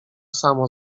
samo